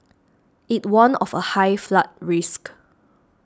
it warned of a high flood risk